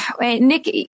Nick